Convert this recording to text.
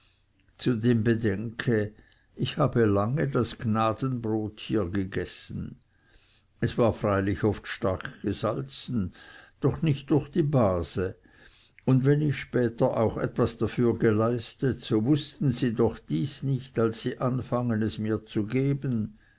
zudem bedenke ich habe lange das gnadenbrot gegessen hier es war freilich oft stark gesalzen doch nicht durch die base und wenn ich später auch etwas dafür geleistet so wußten sie doch dies nicht als sie anfingen es mir zu geben